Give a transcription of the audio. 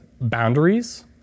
boundaries